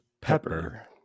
pepper